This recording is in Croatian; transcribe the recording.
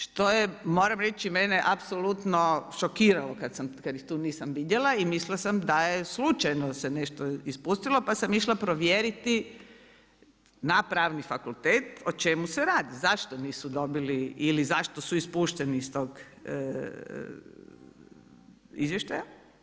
Što je, moram reći, mene apsolutno šokiralo, kad ih tu nisam vidjela i mislila sam da je slučajno se nešto ispustilo, pa sam išla provjeriti na Pravni fakultet, o čemu se radi, zašto nisu dobili ili zašto su ispušteni iz tog izvještaja.